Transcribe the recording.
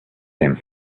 him